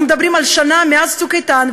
אנחנו מדברים על שנה מאז "צוק איתן",